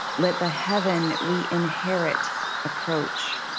let the heaven we inherit approach